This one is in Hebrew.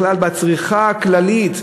של הצריכה הכללית.